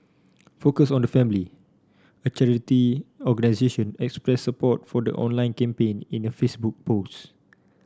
focus on the family a charity organisation expressed support for the online campaign in a Facebook post